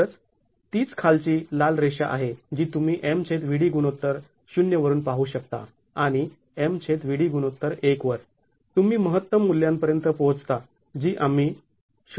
तर तीच खालची लाल रेषा आहे जी तुम्ही MVd गुणोत्तर ० वरून पाहू शकता आणि MVd गुणोत्तर १ वर तुम्ही महत्तम मूल्यांपर्यंत पोहोचता जी आम्ही 0